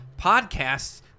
podcasts